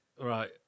right